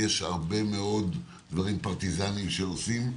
ויש הרבה מאוד דברים פרטיזניים שעושים,